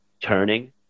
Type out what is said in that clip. turning